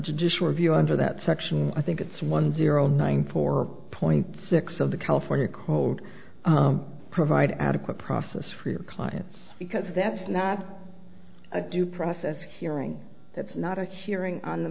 judicial review under that section i think it's one zero nine four point six of the california cold provide adequate process for clients because that's not a due process hearing that's not a hearing on the